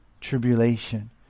tribulation